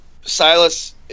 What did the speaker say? Silas